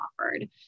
offered